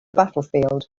battlefield